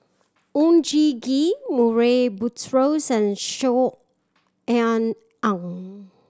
Oon Jin Gee Murray Buttrose and Saw Ean Ang